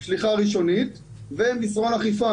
'שליחה ראשונית' ו'מסרון אכיפה'.